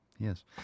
Yes